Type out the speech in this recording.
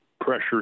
pressure